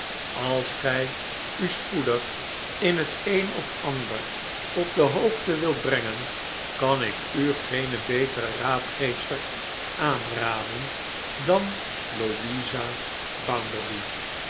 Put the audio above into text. als gij u spoedig in het een of ander op de hoogte wilt brengen kan ik u geene betere raadgeefster aanraden dan louisa